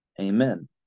amen